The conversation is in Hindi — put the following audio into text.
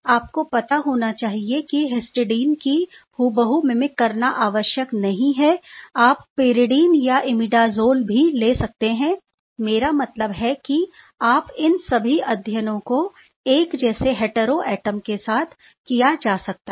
आपको पता होना चाहिए कि हिस्टिडाइन को हूबहू मीमीक करना आवश्यक नहीं है आप पाइरिडीन या इमिडाज़ोल भी ले सकते हैं मेरा मतलब है कि आप इन सभी अध्ययनों को एक जैसे हेटेरो एटम के साथ किया जा सकता है